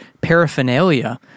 paraphernalia